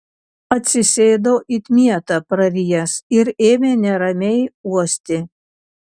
atsisėdo it mietą prarijęs ir ėmė neramiai uosti